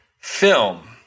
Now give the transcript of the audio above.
film